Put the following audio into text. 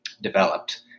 developed